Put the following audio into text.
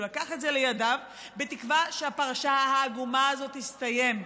שלקח את זה לידיו בתקווה שהפרשה העגומה הזאת תסתיים.